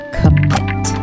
commit